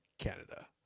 canada